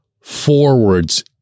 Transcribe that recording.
forwards